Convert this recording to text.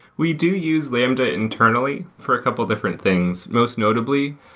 we do use lambda internally for a couple of different things. most notably,